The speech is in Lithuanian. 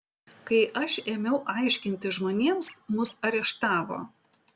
kai aš ėmiau aiškinti žmonėms mus areštavo